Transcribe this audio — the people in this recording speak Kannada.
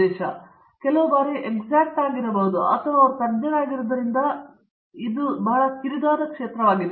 ಮತ್ತು ಕೆಲವು ಬಾರಿ ಎಕ್ಸಾಕ್ಟ್ಸ್ ಆಗಿರಬಹುದು ಮತ್ತು ಅವರು ತಜ್ಞರಾಗಿರುವುದರಿಂದ ಇದು ಯಾವಾಗಲೂ ಸ್ವಲ್ಪ ಕಿರಿದಾದ ಕ್ಷೇತ್ರವಾಗಿದೆ